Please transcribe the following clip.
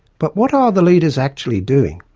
but what are the leaders actually doing?